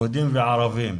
יהודים וערבים,